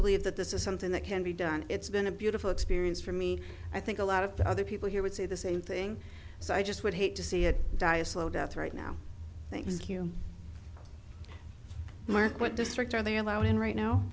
believe that this is something that can be done it's been a beautiful experience for me i think a lot of the other people here would say the same thing so i just would hate to see it die a slow death right now thank you mark what district are they allowed in right now